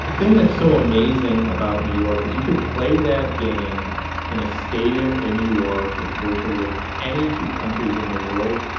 the thing that's so amazing about new york is you could play that game in a stadium in new york with virtually any two countries in the world,